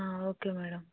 okay madam